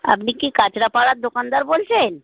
আপনি কি কাঁচড়াপাড়ার দোকানদার বলছেন